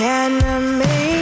enemy